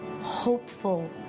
hopeful